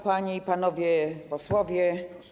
Panie i Panowie Posłowie!